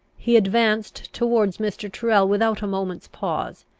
he advanced towards mr. tyrrel without a moment's pause,